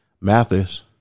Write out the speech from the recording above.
Mathis